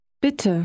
Bitte